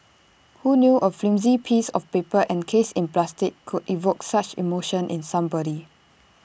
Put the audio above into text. who knew A flimsy piece of paper encased in plastic could evoke such emotion in somebody